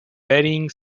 varying